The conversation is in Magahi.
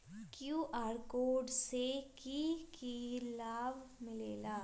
कियु.आर कोड से कि कि लाव मिलेला?